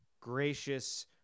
gracious